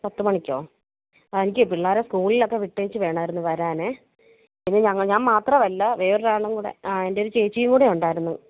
പത്തു മണിക്കോ ആ എനിക്ക് പിള്ളാരെ സ്കൂളിലൊക്കെ വിട്ടേച്ചു വേണമായിരുന്നു വരാനേ ഇനി ഞങ്ങൾ ഞാൻ മാത്രമല്ല വേറൊരാളും കൂടെ ആ എൻ്റെ ഒരു ചേച്ചിയും കൂടെ ഉണ്ടായിരുന്നു